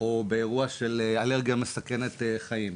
או באירוע של אלרגיה מסכנת חיים,